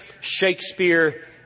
Shakespeare